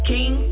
King